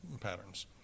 patterns